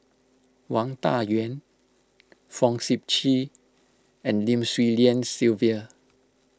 Wang Dayuan Fong Sip Chee and Lim Swee Lian Sylvia